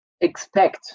expect